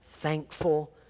thankful